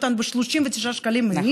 זה מסתכם ומשאיר אותנו ב-39 שקלים מלאים,